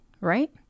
right